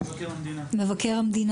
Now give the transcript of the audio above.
אצל מבקר המדינה.